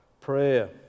Prayer